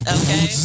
Okay